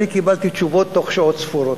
אני קיבלתי תשובות תוך שעות ספורות.